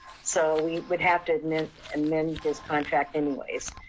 so we would have to amend his contract anyways.